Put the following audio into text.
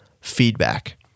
feedback